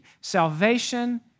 Salvation